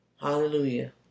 Hallelujah